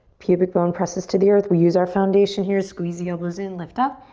pubic bone presses to the earth. we use our foundation here, squeeze the elbows in, lift up.